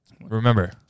Remember